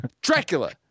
Dracula